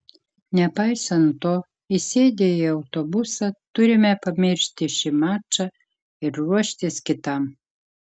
nepaisant to įsėdę į autobusą turime pamiršti šį mačą ir ruoštis kitam